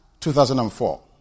2004